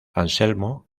anselmo